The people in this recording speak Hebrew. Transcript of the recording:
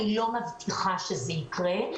אני לא מבטיחה שזה יקרה.